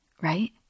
right